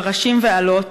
פרשים ואלות,